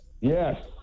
Yes